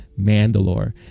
Mandalore